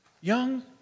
Young